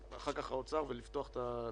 לאחר מכן משרד האוצר ונפתח את הדיון.